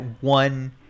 one